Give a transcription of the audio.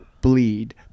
bleed